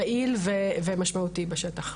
יעיל ומשמעותי בשטח.